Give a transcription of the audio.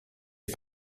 est